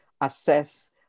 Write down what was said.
assess